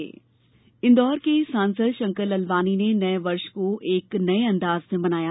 इन्दौर सांसद इंदौर के सांसद शंकर लालवानी ने नए वर्ष को एक नए अंदाज में मनाया